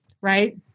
Right